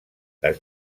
les